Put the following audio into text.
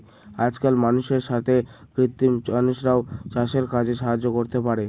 আজকাল মানুষের সাথে কৃত্রিম মানুষরাও চাষের কাজে সাহায্য করতে পারে